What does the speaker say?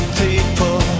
people